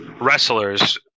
wrestlers